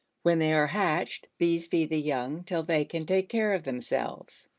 when they are hatched, bees feed the young till they can take care of themselves.